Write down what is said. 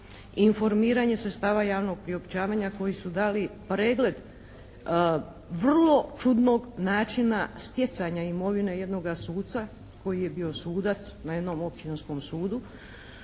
informiranje sredstava javnog priopćavanja koji su dali pregled vrlo čudnog načina stjecanja imovine jednoga suca koji je bio sudac na jednom Općinskom sudu